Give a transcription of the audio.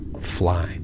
Fly